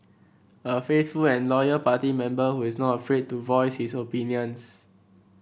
a faithful and loyal party member who is not afraid to voice his opinions